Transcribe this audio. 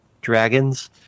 dragons